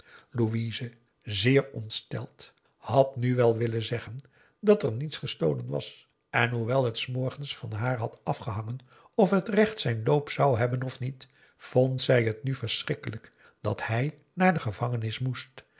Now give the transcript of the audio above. louise zeer ontsteld had nu wel willen zeggen dat er niet gestolen was en hoewel het s morgens van haar had afgehangen of het recht zijn loop zou hebben of niet vond zij het nu verschrikkelijk dat hij naar de gevangenis moest